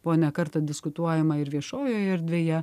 buvo ne kartą diskutuojama ir viešojoje erdvėje